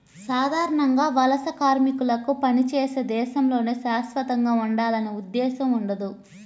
సాధారణంగా వలస కార్మికులకు పనిచేసే దేశంలోనే శాశ్వతంగా ఉండాలనే ఉద్దేశ్యం ఉండదు